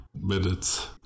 minutes